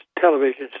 television